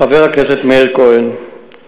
חבר הכנסת מאיר כהן,